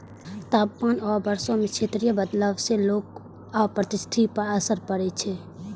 तापमान आ वर्षा मे क्षेत्रीय बदलाव सं लोक आ पारिस्थितिकी पर असर पड़ै छै